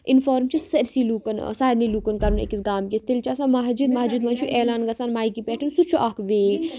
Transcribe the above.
inform چھِ سٲرسی لُکَن سارنی لُکَن کَرُن أکِس گامکِس تیٚلہِ چھِ آسان مَسجِد مَسجِد منٛز چھُ علان گژھان مایکہِ پٮ۪ٹھ سُہ چھُ اکھ وے